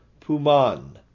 Puman